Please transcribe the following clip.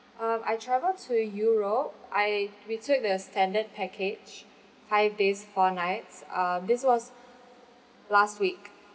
um I travelled to europe I we took the standard package five days four nights uh this was last week